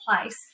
place